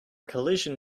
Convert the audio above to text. collision